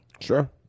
Sure